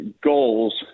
goals